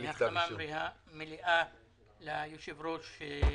החלמה מלאה ליושב-ראש גפני.